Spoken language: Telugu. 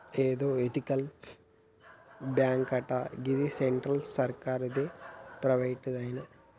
ఏందో ఎతికల్ బాంకటా, గిది సెంట్రల్ సర్కారుదేనా, ప్రైవేటుదా